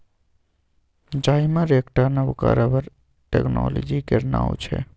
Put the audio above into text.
जाइमर एकटा नबका रबर टेक्नोलॉजी केर नाओ छै